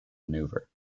manoeuvre